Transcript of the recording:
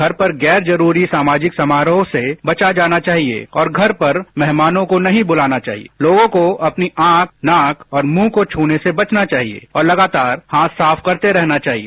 घर पर गैर जरूरी सामाजिक समारोह से बचा जाना चाहिए और घर पर मेहमानों को नहीं बुलाना चाहिए और लोगों को अपनी आंख नाक और मुंह को छूने से बचना चाहिए और लगातार हाथ साफ करते रहना चाहिए